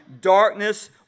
darkness